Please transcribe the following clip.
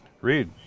Read